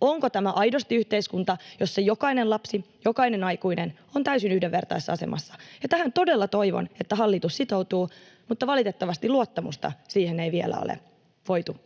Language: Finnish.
onko tämä aidosti yhteiskunta, jossa jokainen lapsi, jokainen aikuinen, on täysin yhdenvertaisessa asemassa. Todella toivon, että tähän hallitus sitoutuu, mutta valitettavasti luottamusta siihen ei vielä ole voitu